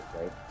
right